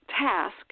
task